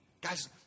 Guys